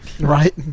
Right